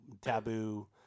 taboo